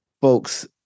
folks